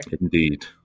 indeed